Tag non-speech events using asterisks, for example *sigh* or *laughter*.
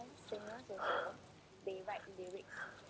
*breath*